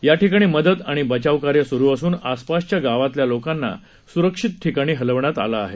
याठिकाणी मदत आणि बचावकार्य सुरू असून आसपासच्या गावांतल्या लोकांना स्रक्षित ठिकाणी हलविण्यात आलं आहे